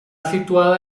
situada